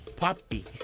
Puppy